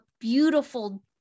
beautiful